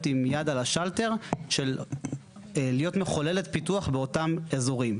עם יד על השלטר של להיות מחוללת פיתוח באותם אזורים.